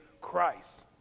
Christ